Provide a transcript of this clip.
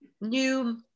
new